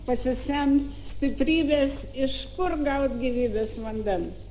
pasisemt stiprybės iš kur gaut gyvybės vandens